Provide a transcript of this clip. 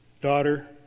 Daughter